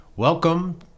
Welcome